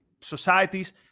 societies